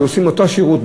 שנותנים אותו שירות,